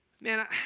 man